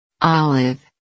Olive